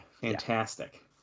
Fantastic